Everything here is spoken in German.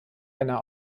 einer